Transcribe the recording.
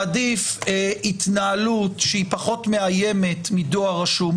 מעדיף התנהלות שהיא פחות מאיימת מדואר רשום.